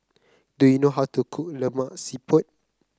do you know how to cook Lemak Siput